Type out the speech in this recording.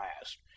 last